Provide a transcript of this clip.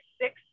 six